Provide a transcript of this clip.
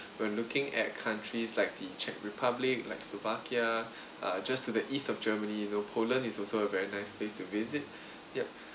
when looking at countries like the czech republic like slovakia uh just to the east of germany you know poland is also a very nice place to visit yup